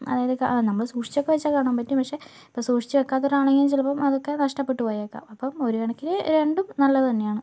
അതായത് നമ്മൾ സൂക്ഷിച്ച് ഒക്കെ വച്ചാൽ കാണാൻ പറ്റും പക്ഷെ ഇപ്പം സൂക്ഷിച്ച് വയ്ക്കാത്തവരാണെങ്കിൽ ചിലപ്പം അതൊക്കെ നഷ്ടപ്പെട്ട് പോയേക്കാം അപ്പം ഒരു കണക്കിന് രണ്ടും നല്ലത് തന്നെ ആണ്